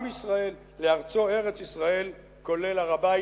עם ישראל, לארצו ארץ-ישראל, כולל הר-הבית.